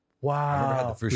Wow